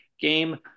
game